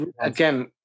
again